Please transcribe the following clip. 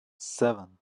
seven